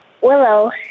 Willow